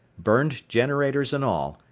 burned generators and all,